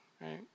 right